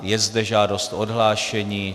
Je zde žádost o odhlášení.